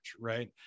right